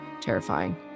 terrifying